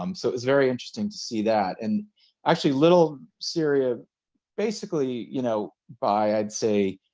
um so it was very interesting to see that. and actually little syria basically, you know, by i'd say,